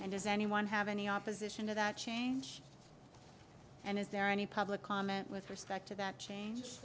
and does anyone have any opposition to that change and is there any public comment with respect to that change